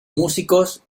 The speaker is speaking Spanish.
músicos